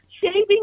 shaving